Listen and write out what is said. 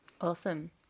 Awesome